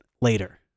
later